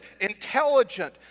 intelligent